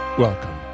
Welcome